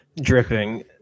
Dripping